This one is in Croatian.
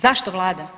Zašto Vlada?